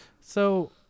so-